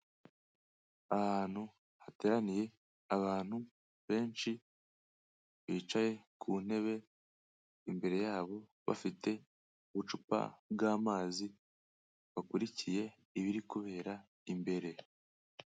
Ahantu hateraniye abantu benshi, bicaye ku ntebe, imbere yabo bafite ubucupa bw'amazi, bakurikiye ibiri kubera imbere.